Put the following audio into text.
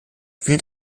findet